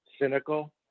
Cynical